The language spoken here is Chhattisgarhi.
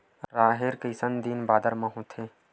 राहेर ह कइसन दिन बादर म होथे?